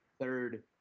third